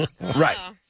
right